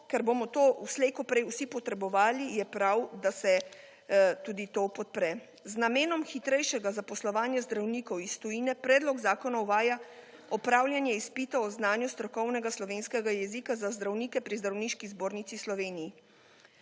kot prej vsi potrebovali je prav, da se tudi to podpre. Z namenom hitrejšega zaposlovanja zdravnikov iz tujine predlog zakona uvaja opravljane izpitov o znanju strokovnega slovenskega jezika za zdravnike pri Zdravniški zbornici Sloveniji.